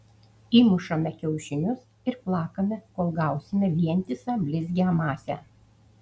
įmušame kiaušinius ir plakame kol gausime vientisą blizgią masę